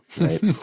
right